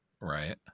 right